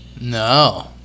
No